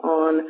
on